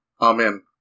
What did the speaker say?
Amen